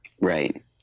Right